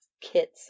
Kits